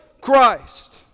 Christ